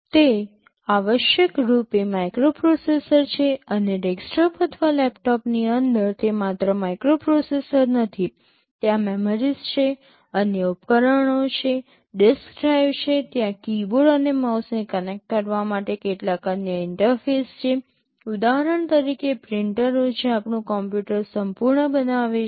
તે આવશ્યકરૂપે માઇક્રોપ્રોસેસર છે અને ડેસ્કટોપ અથવા લેપટોપની અંદર તે માત્ર માઇક્રોપ્રોસેસર નથી ત્યાં મેમરીસ છે અન્ય ઉપકરણો છે ડિસ્ક ડ્રાઇવ છે ત્યાં કીબોર્ડ અને માઉસને કનેક્ટ કરવા માટે કેટલાક અન્ય ઇન્ટરફેસ છે ઉદાહરણ તરીકે પ્રિન્ટરો જે આપણું કમ્પ્યુટર સંપૂર્ણ બનાવે છે